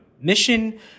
mission